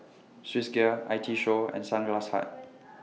Swissgear I T Show and Sunglass Hut